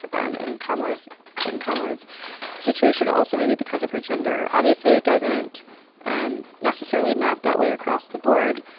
um and carmela's and carmela's situation also maybe because of her gender. obviously, it doesn't um necessarily map that way across the board,